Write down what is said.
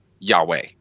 Yahweh